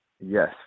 Yes